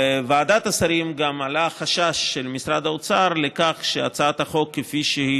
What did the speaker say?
בוועדת השרים עלה החשש של משרד האוצר מכך שהצעת החוק כפי שהיא